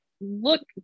look